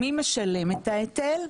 מי משלם את ההיטל?